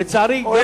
לצערי, תודה.